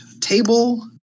table